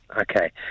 okay